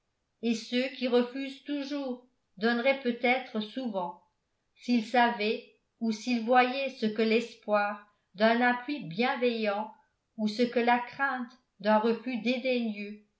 et ceux qui refusent toujours donneraient peut-être souvent s'ils savaient ou s'ils voyaient ce que l'espoir d'un appui bienveillant ou ce que la crainte d'un refus